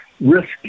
risk